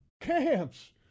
camps